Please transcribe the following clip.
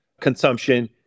consumption